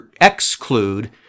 exclude